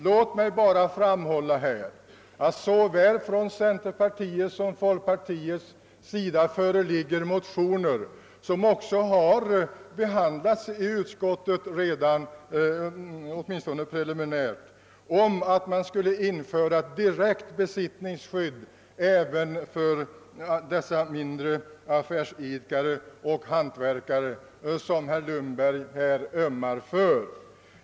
Låt mig bara framhålla, att det såväl från folkpartiets som centerpartiets sida föreligger motioner, vilka redan — åtminstone preliminärt — behandlats i utskottet och i vilka det föreslås att man skulle införa ett direkt besittningsskydd även för de mindre affärsidkare och hantverkare, som herr Lundberg ömmar för.